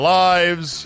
lives